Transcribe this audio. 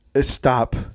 stop